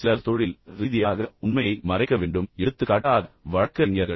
சிலர் தொழில் ரீதியாக உண்மையை மறைக்க வேண்டும் எடுத்துக்காட்டாக வழக்கறிஞர்கள்